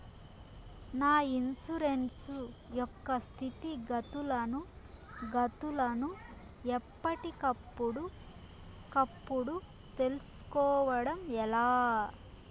నా ఇన్సూరెన్సు యొక్క స్థితిగతులను గతులను ఎప్పటికప్పుడు కప్పుడు తెలుస్కోవడం ఎలా?